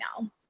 now